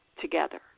together